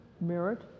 merit